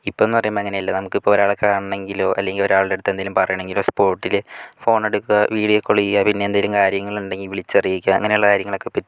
ഇപ്പോൾ എന്ന് പറയുമ്പോൾ അങ്ങനെ അല്ല നമുക്ക് ഇപ്പോൾ ഒരാളെ കാണണമെങ്കിലോ അല്ലെങ്കിൽ ഇപ്പോൾ ഒരാളുടെ അടുത്ത് എന്തെങ്കിലും പറയണമെങ്കിലോ സ്പോട്ടില് ഫോൺ എടുക്കുക വീഡിയോ കോൾ ചെയ്യുക പിന്നെ എന്തെങ്കിലും കാര്യങ്ങൾ ഉണ്ടെങ്കില് വിളിച്ച് അറിയിക്കുക അങ്ങനെ ഉള്ള കാര്യങ്ങൾ ഒക്കെ പറ്റും